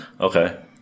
Okay